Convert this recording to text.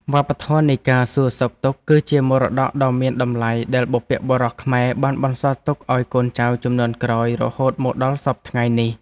វប្បធម៌នៃការសួរសុខទុក្ខគឺជាមរតកដ៏មានតម្លៃដែលបុព្វបុរសខ្មែរបានបន្សល់ទុកឱ្យកូនចៅជំនាន់ក្រោយរហូតមកដល់សព្វថ្ងៃនេះ។